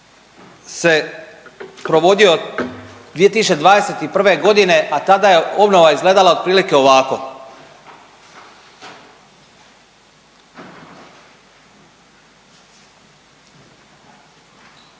se provodio 2021.g., a tada je obnova izgledala otprilike ovako.